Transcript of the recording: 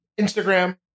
Instagram